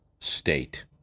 state